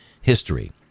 history